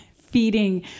Feeding